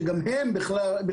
שגם הם בכללם,